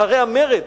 אחרי המרד.